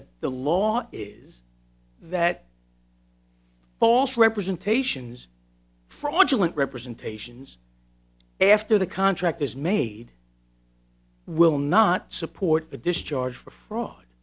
that the law is that false representations fraudulent representations after the contract is made will not support a discharge for fraud